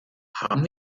haben